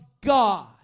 God